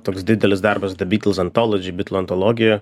toks didelis darbas the beatles anthology bitlų antologija